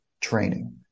training